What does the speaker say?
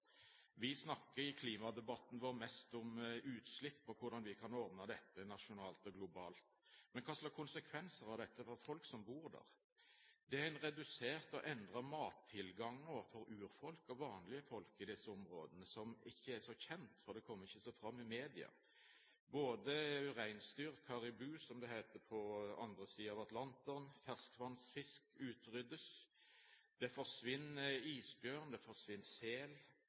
Vi snakker i klimadebatten vår mest om utslipp og om hvordan vi kan ordne dette internasjonalt og globalt. Men hva slags konsekvenser har dette for folk som bor der? Det er en redusert og endret mattilgang for urfolk og vanlige folk i disse områdene som ikke er så kjent, for det kommer ikke så godt fram i media. Både reinsdyr – karibu, som det heter på den andre siden av Atlanteren – og ferksvannsfisk utryddes. Det forsvinner isbjørn, det forsvinner sel.